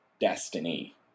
destiny